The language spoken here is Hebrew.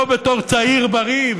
ולא בתור צעיר בריא.